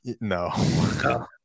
No